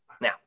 Now